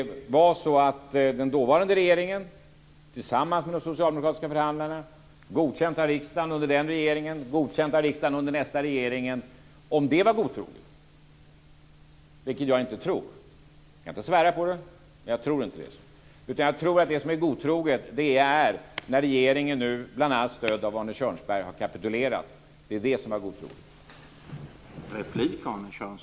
Var den dåvarande regeringen tillsammans med de socialdemokratiska förhandlarna, vars resultat godkändes av riksdagen under den regeringen och godkändes av riksdagen under nästa regering, godtrogna? Jag tror inte det. Jag kan inte svära på det. Men jag tror inte det. Jag tror att det som är godtroget är när regeringen nu, bl.a. med stöd av Arne Kjörnsberg, har kapitulerat. Det är det som är god tro.